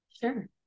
Sure